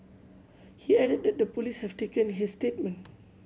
he added that the police have taken his statement